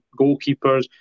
goalkeepers